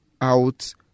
out